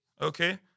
okay